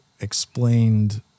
explained